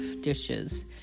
dishes